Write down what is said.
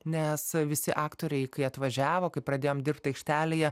nes visi aktoriai kai atvažiavo kai pradėjom dirbt aikštelėje